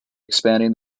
expanding